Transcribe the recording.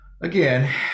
again